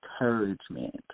encouragement